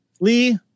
lee